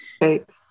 Right